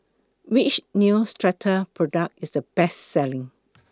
Which Neostrata Product IS The Best Selling